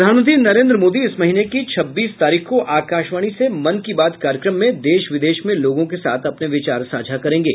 प्रधानमंत्री नरेन्द्र मोदी इस महीने की छब्बीस तारीख को आकाशवाणी से मन की बात कार्यक्रम में देश विदेश में लोगों के साथ अपने विचार साझा करेंगे